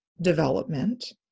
development